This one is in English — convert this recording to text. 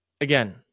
again